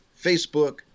Facebook